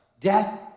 Death